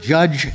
Judge